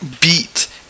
beat